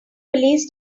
police